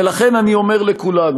ולכן אני אומר לכולנו,